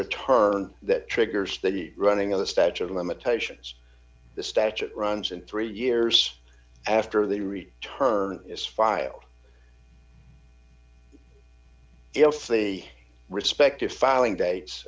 return that triggers the running of the statute of limitations the statute runs in three years after the return is filed if the respective filing dates